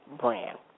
brand